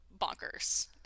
bonkers